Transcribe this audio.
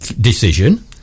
decision